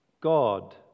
God